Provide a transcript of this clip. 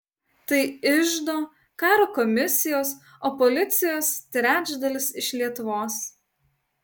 tai iždo karo komisijos o policijos trečdalis iš lietuvos